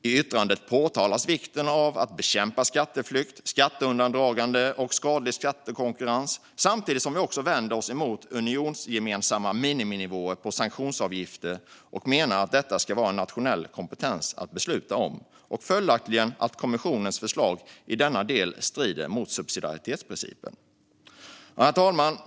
I yttrandet pekar vi på vikten av att bekämpa skatteflykt, skatteundandragande och skadlig skattekonkurrens samtidigt som vi vänder oss emot unionsgemensamma miniminivåer på sanktionsavgifter och menar att detta ska vara en nationell kompetens att besluta om och följaktligen att kommissionens förslag i denna del strider mot subsidiaritetsprincipen. Herr talman!